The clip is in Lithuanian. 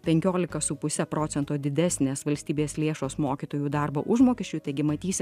penkiolika su puse procento didesnės valstybės lėšos mokytojų darbo užmokesčiui taigi matysi